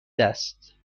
است